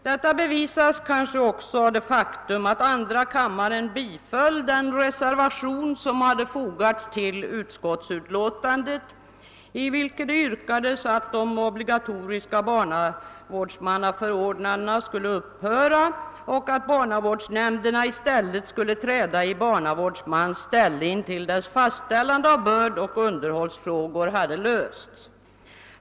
Detta bevisas kanske också av det faktum att andra kammaren biföll den reservation som hade fogats till utskottsutlåtan det och i vilken det yrkades att de obligatoriska barnavårdsmannaförordnandena skulle upphöra och att barnavårdsnämnderna skulle träda i barnavårdsmans ställe intill dess att bördsoch underhållsfrågorna hade lösts.